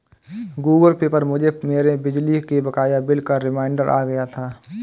Google Pay पर मुझे मेरे बिजली के बकाया बिल का रिमाइन्डर आ गया था